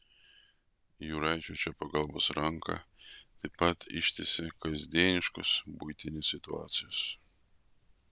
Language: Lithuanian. jurašiui čia pagalbos ranką taip pat ištiesia kasdieniškos buitinės situacijos